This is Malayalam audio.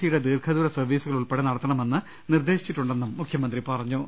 സിയുടെ ദീർഘദൂര സർവീസുകളുൾപ്പെടെ നടത്തണമെന്ന് നിർദേശിച്ചിട്ടുണ്ടെന്ന് മുഖ്യമന്ത്രി പറ ഞ്ഞു